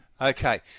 Okay